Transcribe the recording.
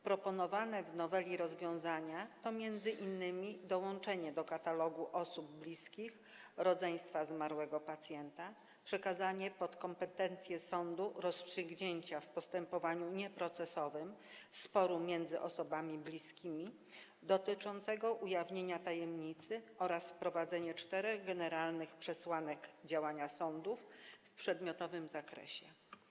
Proponowane w noweli rozwiązania to m.in. dołączenie do katalogu osób bliskich zmarłego pacjenta jego rodzeństwa, przyznanie sądom kompetencji w sprawach rozstrzygnięcia w postępowaniu nieprocesowym sporu między osobami bliskimi dotyczącego ujawnienia tajemnicy oraz wprowadzenie czterech generalnych przesłanek działania sądów w przedmiotowym zakresie.